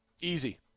easy